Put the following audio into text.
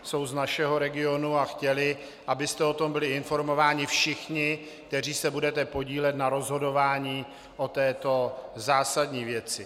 Jsou z našeho regionu a chtěli, abyste o tom byli informováni všichni, kteří se budete podílet na rozhodování o této zásadní věci.